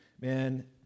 man